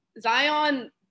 Zion